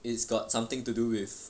it's got something to do with